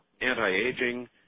anti-aging